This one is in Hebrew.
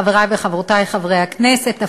חברי וחברותי חברי הכנסת הפתעה,